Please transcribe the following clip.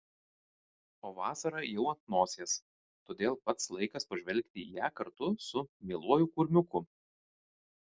o vasara jau ant nosies todėl pats laikas pažvelgti į ją kartu su mieluoju kurmiuku